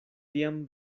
tiam